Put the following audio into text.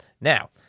Now